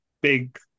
big